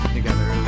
Together